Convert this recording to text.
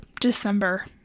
December